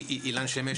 אילן שמש,